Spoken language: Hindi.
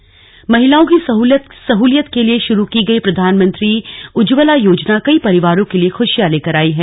स्लग उज्जवला योजना महिलाओं की सहूलियत के लिए शुरू की गई प्रधानमंत्री उज्जवला योजना कई परिवारों के लिए खुशियां लेकर आयी है